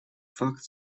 факт